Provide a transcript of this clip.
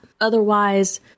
Otherwise